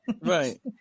Right